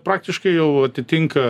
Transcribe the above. praktiškai jau atitinka